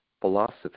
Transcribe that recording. philosophy